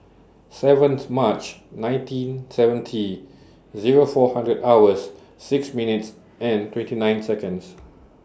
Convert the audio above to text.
seventh March nineteen seventy Zero four hundred hours six minutes and twenty nine